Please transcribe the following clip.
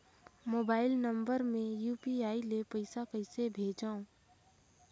Mobile number मे UPI ले पइसा कइसे भेजवं?